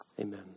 Amen